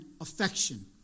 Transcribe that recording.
affection